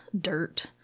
dirt